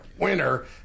winner